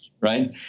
right